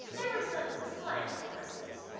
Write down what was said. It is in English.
there are some slight differences.